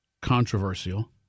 controversial